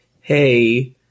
hey